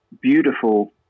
beautiful